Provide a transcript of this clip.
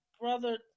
Brother